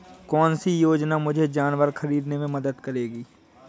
कौन सी योजना मुझे जानवर ख़रीदने में मदद करेगी?